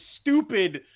stupid